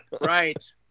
Right